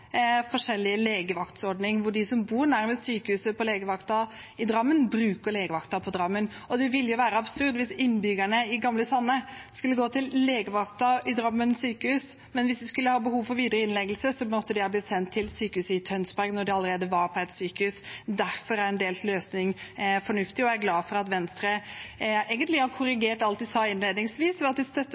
legevaktordning, og de som bor nærmest sykehuset og legevakten i Drammen, bruker legevakten i Drammen. Det ville være absurd hvis innbyggerne i gamle Sande skulle dra til legevakten ved Drammen sykehus, men måtte sendes til sykehuset i Tønsberg hvis de skulle ha behov for videre innleggelse – når de allerede var på et sykehus! Derfor er en delt løsning fornuftig, og jeg er glad for at Venstre egentlig har korrigert alt de sa innledningsvis, og at de